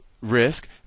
risk